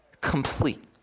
complete